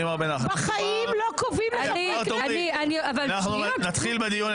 בחיים לא קובעים לחברי כנסת --- אנחנו נתחיל בדיון,